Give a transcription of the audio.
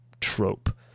trope